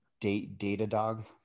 Datadog